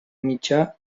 mitjà